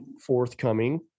forthcoming